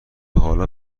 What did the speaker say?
حالا